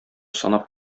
санап